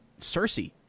Cersei